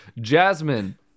jasmine